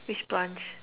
which branch